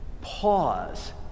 pause